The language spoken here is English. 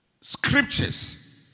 scriptures